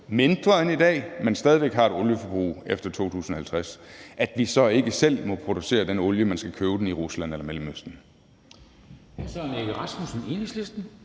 mindre end i dag, men stadig væk har et olieforbrug efter 2050, så ikke selv må producere den olie, men skal købe den i Rusland eller i Mellemøsten.